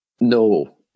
No